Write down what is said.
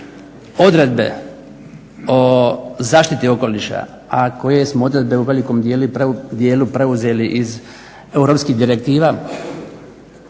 odredbe o zaštiti okoliša, a koje smo odredbe u velikom dijelu i preuzeli iz europskih direktiva